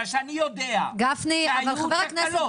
בגלל שאני יודע שהיו תקלות.